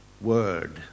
word